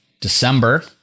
December